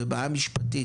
זו בעיה משפטית".